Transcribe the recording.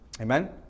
Amen